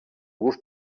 gust